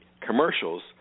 commercials